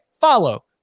follow